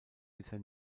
bisher